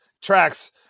Tracks